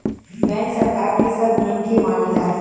bank सरकार के सब नियम के मानेला